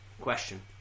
question